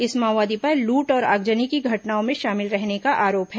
इस माओवादी पर लूट और आगजनी की घटनाओं में शामिल रहने का आरोप है